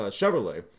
Chevrolet